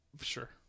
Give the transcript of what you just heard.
Sure